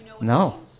No